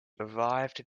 arrived